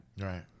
Right